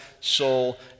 soul